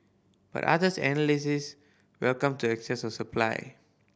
but others analysts welcomed the excess supply